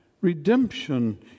Redemption